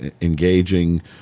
engaging